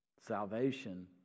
Salvation